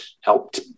helped